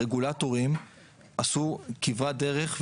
הרגולטורים עשו כברת דרך,